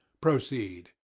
Proceed